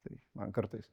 tai man kartais